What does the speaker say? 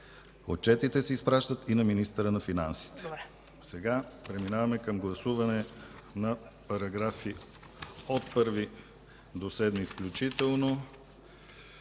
Отчетите се изпращат и на министъра на финансите.” Преминаваме към гласуване на параграфи от 1 до 7 включително,